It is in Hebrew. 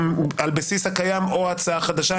על בסיס הקיים או הצעה חדשה,